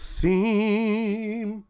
theme